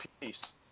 peace